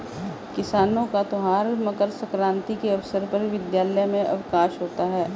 किसानी का त्यौहार मकर सक्रांति के अवसर पर विद्यालय में अवकाश है